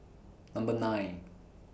Number nine